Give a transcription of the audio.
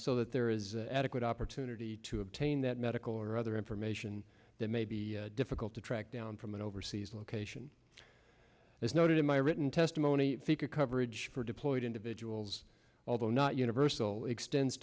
so that there is adequate opportunity to obtain that medical or other information that may be difficult to track down from an overseas location as noted in my written testimony or coverage for deployed individuals although not universal extends